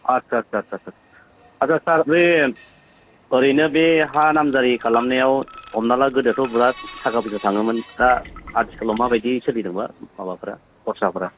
आतसा सा आतसा सार बे ओरैनो बे हा नाम जारि खालामनायाव हमनानै ला गोदोथ' बिराथ थाखा फैसा थाङोमोन दा आथिखालआव माबायदि सोलिदोंबा माबाफोरा खरसाफ्रा